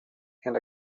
and